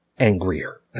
angrier